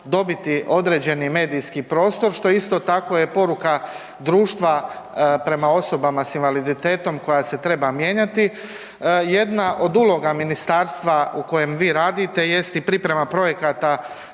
dobiti određeni medijski prostor, što isto tako je poruka društva prema osobama s invaliditetom koja se treba mijenjati. Jedna od uloga ministarstva u kojem vi radite jest i priprema projekata